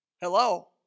Hello